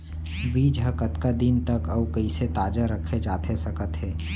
बीज ह कतका दिन तक अऊ कइसे ताजा रखे जाथे सकत हे?